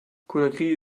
conakry